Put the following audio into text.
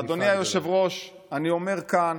אדוני היושב-ראש, אני אומר כאן